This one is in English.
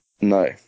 No